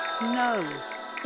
No